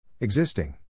Existing